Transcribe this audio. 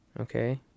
Okay